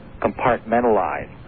compartmentalized